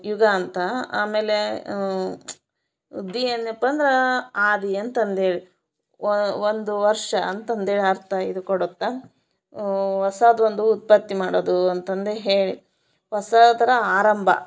ಯುಗ ಅಂತ ಆಮೇಲೆ ದಿ ಅಂದನಪ್ಪ ಅಂದ್ರೆ ಆದಿ ಅಂತಂದು ಹೇಳಿ ಒಂದು ವರ್ಷ ಅಂತಂದು ಹೇಳ್ ಅರ್ಥ ಇದು ಕೊಡುತ್ತೆ ಹೊಸಾದ್ ಒಂದು ಉತ್ಪತ್ತಿ ಮಾಡೋದು ಅಂತಂದು ಹೇಳಿ ಹೊಸದರ ಆರಂಭ